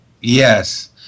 Yes